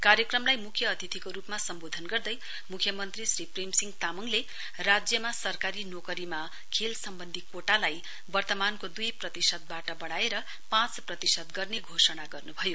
कार्यक्रमलाई मुख्य अतिथिको रुपमा सम्वोधन गर्दै मुख्यमन्त्री श्री प्रेमसिंह तामङले राज्यमा सरकारी नोकरीमा खेल सम्वन्धी कोटालाई वर्तमानको दुई प्रतिशतवाट वढ़ाएर पाँच प्रतिशत गर्ने घोषणा गर्नुभयो